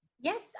Yes